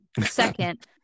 Second